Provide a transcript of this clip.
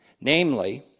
namely